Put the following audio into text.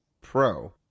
Pro